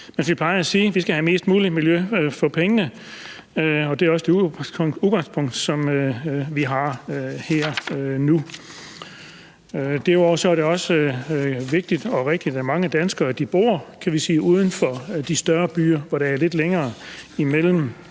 vi skal have mest muligt miljø for pengene, og det er også det udgangspunkt, som vi har her og nu. Derudover er det også vigtigt og rigtigt, at mange danskere bor uden for de større byer, hvor der er lidt længere imellem